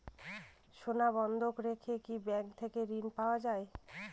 সোনা বন্ধক রেখে কি ব্যাংক থেকে ঋণ পাওয়া য়ায়?